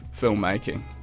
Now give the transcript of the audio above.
filmmaking